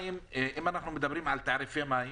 אם דיברנו על תעריפי מים